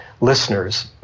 listeners